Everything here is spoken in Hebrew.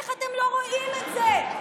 איך אתם לא רואים את זה?